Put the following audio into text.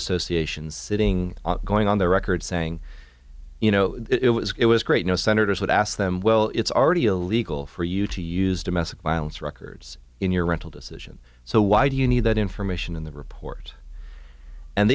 associations sitting on going on the record saying you know it was it was great no senators would ask them well it's already illegal for you to use domestic violence records in your rental decision so why do you need that information in the report and